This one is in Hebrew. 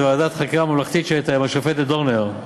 ועדת חקירה ממלכתית שהייתה בראשות השופטת דורנר.